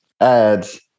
ads